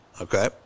Okay